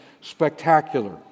spectacular